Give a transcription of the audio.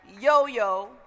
Yo-Yo